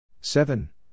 Seven